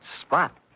spot